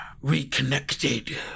reconnected